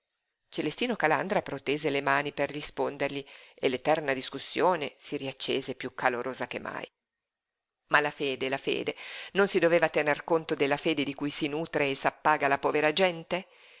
celestino calandra protese le mani per rispondergli e l'eterna discussione si riaccese piú calorosa che mai ma la fede la fede non si doveva tener conto della fede di cui si nutre e s'appaga la povera gente